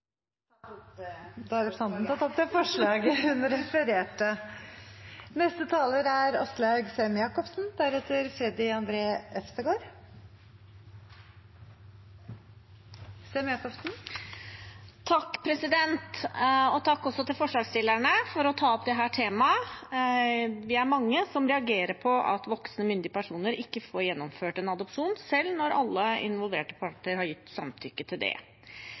opp forslaget fra Fremskrittspartiet. Representanten Silje Hjemdal har tatt opp det forslaget hun refererte til. Takk til forslagsstillerne for at de tar opp dette temaet. Vi er mange som reagerer på at voksne myndige personer ikke får gjennomført en adopsjon selv når alle involverte parter har gitt samtykke til det.